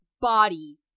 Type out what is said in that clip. body